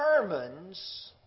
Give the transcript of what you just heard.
determines